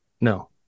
No